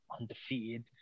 undefeated